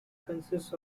consists